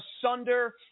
asunder